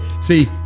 See